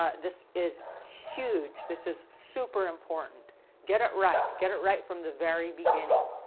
ah this is huge, this is super important get it right. get it right from the very beginning.